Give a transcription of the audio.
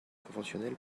conventionnelle